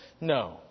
No